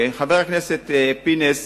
חבר הכנסת פינס,